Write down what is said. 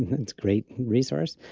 it's great resource.